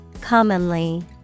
Commonly